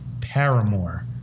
Paramore